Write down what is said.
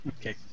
Okay